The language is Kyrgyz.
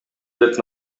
деп